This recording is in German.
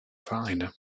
vereine